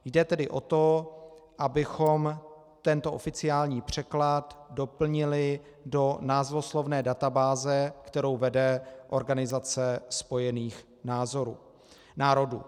Jde tedy o to, abychom tento oficiální překlad doplnili do názvoslovné databáze, kterou vede Organizace spojených národů.